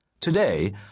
Today